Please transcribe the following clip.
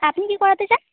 আপনি কি করাতে চান